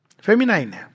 Feminine